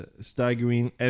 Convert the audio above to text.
Staggering